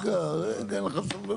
רגע, רגע, אין לך סבלנות.